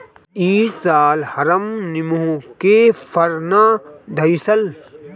इ साल हमर निमो के फर ना धइलस